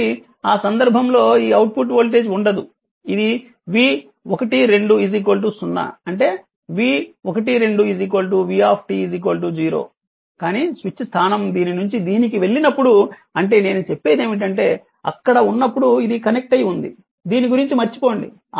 కాబట్టి ఆ సందర్భంలో ఈ అవుట్పుట్ వోల్టేజ్ ఉండదు అది v12 0 అంటే v12 v 0 కానీ స్విచ్ స్థానం దీని నుంచి దీనికి వెళ్ళినప్పుడు అంటే నేను చెప్పేదేమిటంటే అక్కడ ఉన్నప్పుడు ఇది కనెక్ట్ అయి ఉంది దీని గురించి మర్చిపోండి